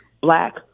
black